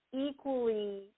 equally